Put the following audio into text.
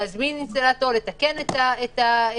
להזמין אינסטלטור כדי לתקן את הפגיעה.